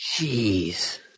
Jeez